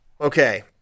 Okay